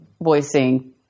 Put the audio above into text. voicing